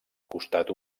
costat